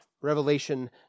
Revelation